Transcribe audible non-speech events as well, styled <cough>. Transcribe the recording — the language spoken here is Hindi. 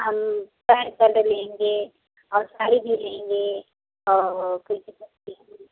हम पैंट शर्ट लेंगे और साड़ी भी लेंगे और <unintelligible>